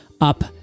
up